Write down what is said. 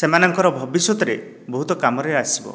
ସେମାନଙ୍କର ଭବିଷ୍ୟତରେ ବହୁତ କାମରେ ଆସିବ